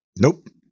Nope